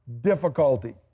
difficulty